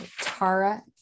Tara